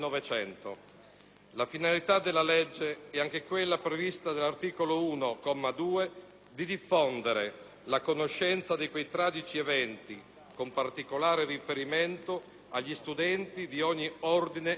La finalità della legge n. 92 del 2004 è anche quella prevista dall'articolo 1, comma 2, cioè diffondere la conoscenza di quei tragici eventi, con particolare riferimento agli studenti di ogni ordine e grado;